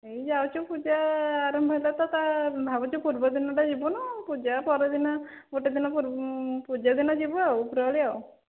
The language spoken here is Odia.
ଏହି ଯାଉଛୁ ପୂଜା ଆରମ୍ଭ ହେଲା ତ ତା ଭାବୁଛୁ ପୂର୍ବ ଦିନଟା ଯିବୁନୁ ପୂଜା ପରଦିନ ଗୋଟିଏ ଦିନ ପୁର୍ବ ପୂଜା ଦିନ ଯିବୁ ଆଉ ଉପରଓଳି ଆଉ